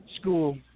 school